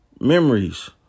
memories